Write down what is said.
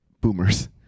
boomers